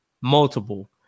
multiple